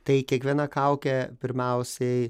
tai kiekviena kaukė pirmiausiai